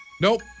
Nope